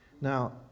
Now